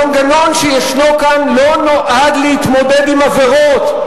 המנגנון שישנו כאן לא נועד להתמודד עם עבירות.